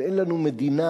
ואין לנו מדינה,